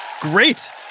Great